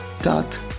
dot